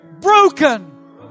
broken